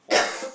for